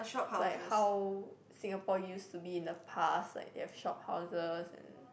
like how Singapore used to be in the past like they've shophouses and